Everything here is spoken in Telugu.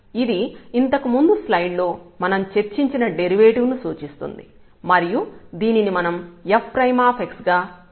ఇది ఇంతకు ముందు స్లైడ్ లో మనం చర్చించిన డెరివేటివ్ ను సూచిస్తుంది మరియు దీనిని మనం fx గా వ్రాయ వచ్చు